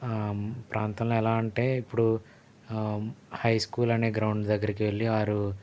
మా ప్రాంతంలో ఎలా అంటే ఇప్పుడు హై స్కూల్ అనే గ్రౌండ్ దగ్గరకి వెళ్లి వారు